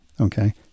okay